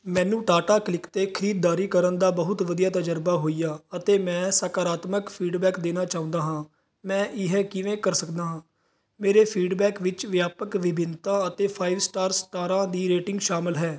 ਮੈਨੂੰ ਟਾਟਾ ਕਲਿਕ 'ਤੇ ਖਰੀਦਦਾਰੀ ਕਰਨ ਦਾ ਬਹੁਤ ਵਧੀਆ ਤਜਰਬਾ ਹੋਇਆ ਅਤੇ ਮੈਂ ਸਕਾਰਾਤਮਕ ਫੀਡਬੈਕ ਦੇਣਾ ਚਾਹੁੰਦਾ ਹਾਂ ਮੈਂ ਇਹ ਕਿਵੇਂ ਕਰ ਸਕਦਾ ਹਾਂ ਮੇਰੇ ਫੀਡਬੈਕ ਵਿੱਚ ਵਿਆਪਕ ਵਿਭਿੰਨਤਾ ਅਤੇ ਫਾਇਵ ਸਟਾਰ ਸਟਾਰਾਂ ਦੀ ਰੇਟਿੰਗ ਸ਼ਾਮਲ ਹੈ